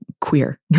queer